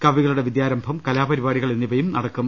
കവികളുടെ വിദ്യാരംഭം കലാപരിപാടികൾ എന്നിവയും നടക്കും